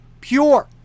pure